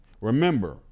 Remember